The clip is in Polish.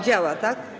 Działa, tak?